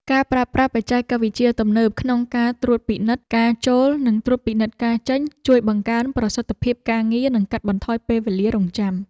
ការប្រើប្រាស់បច្ចេកវិទ្យាទំនើបក្នុងការត្រួតពិនិត្យការចូលនិងត្រួតពិនិត្យការចេញ ជួយបង្កើនប្រសិទ្ធភាពការងារនិងកាត់បន្ថយពេលវេលារង់ចាំ។